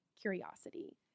curiosity